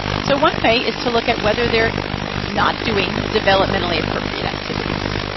so one way is to look at whether they're not doing developmentally appropriate activities.